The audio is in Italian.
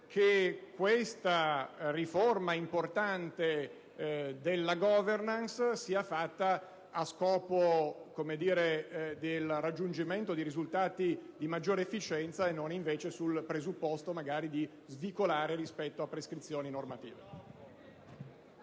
che questa riforma importante della *governance* sia fatta per raggiungere risultati di maggiore efficienza e non invece per consentire di svicolare rispetto a prescrizioni normative.